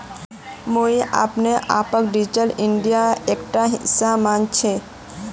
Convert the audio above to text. मुई अपने आपक डिजिटल इंडियार एकटा हिस्सा माने छि